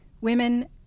Women